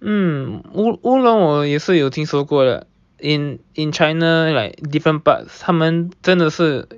mm 乌龙乌龙我也是有听说过啦 in in China like different parts 他们真的是